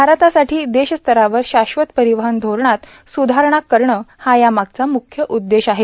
भारतासाठां देश स्तरावर शाश्वत र्पारवहन धोरणात सुधारणा करण हा या मागचा मुख्य उद्देश आहे